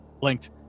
blinked